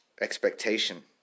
Expectation